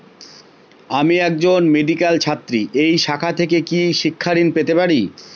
আমি একজন মেডিক্যাল ছাত্রী এই শাখা থেকে কি শিক্ষাঋণ পেতে পারি?